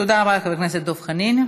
תודה רבה לחבר הכנסת דב חנין.